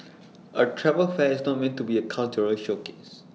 A travel fair is not meant to be A cultural showcase